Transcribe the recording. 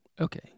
Okay